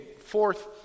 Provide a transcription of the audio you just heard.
fourth